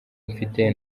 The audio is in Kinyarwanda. mfite